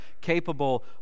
capable